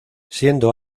siendo